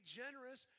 generous